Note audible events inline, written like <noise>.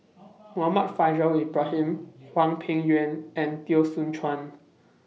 <noise> Muhammad Faishal Ibrahim Hwang Peng Yuan and Teo Soon Chuan